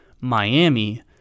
Miami